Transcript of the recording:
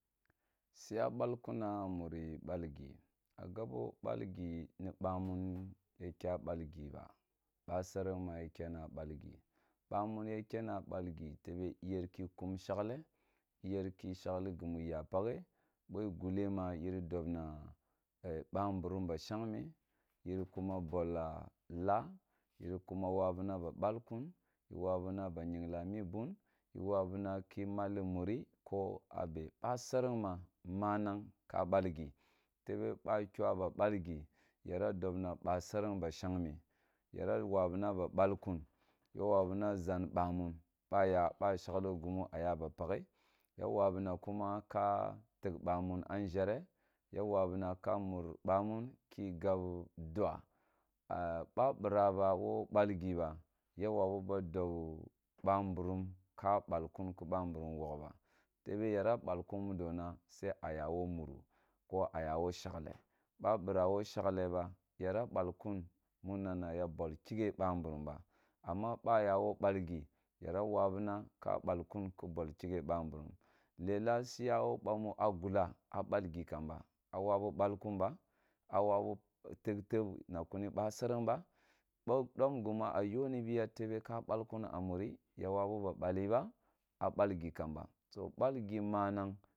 Siya bal kun a mure ba gi a gabo bal gi ni bamun ya kya bal gi ba ba serenf ma ya kuma balgi bamun ya kenna balgi tebe tebe iyeki kum shagle iyerko shagl gimw iya pakhe ba i gule mi yori domra e bamburum ba shagme yiri kuma bolloh lah yiri kuma wabune ba bal kunyi wabuna ba unagla mi bun yo wabura ki malli muri kon be. Amaserengma manang ka lalgi tebe ba kyo a ba balgi yara dobra sa sereng ba shagme yora wabuna ba bal kun ya wabuna yara wabuna ba bal kun ya wabuna ʒan bumun baya ba shaglo gumu a yaba oakhe ya wabuna kuma ka tigh bamma nʒhere ya wanima ka tigh baman ki gab dua a ba bra ba wo balgi ba ya wabu ba dom ba mbrum la balkum ki ba mbrum wogho ba tebe yara bal kun mudona a yawo muru ko aga woshegla ba bira wo shagle ba yara bal kun muna na ya bawl kifhe ba mburum ba amma ba ya wo bal gi yara wabuna ka bal kum ke bol kighe bamburum lela siya wo bamuna a gulo a bulgi kmab a wabi balkun ba a wbu tigh teb na kuni basereng ba bo som a go ni niya tebe ka bal kuri a muri ya wabu ba bale ba, a bal gi kamba to balgi manang